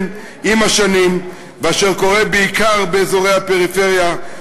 עם השנים ואשר קורה בעיקר באזורי הפריפריה,